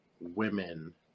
women